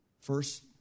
first